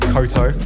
Koto